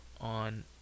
on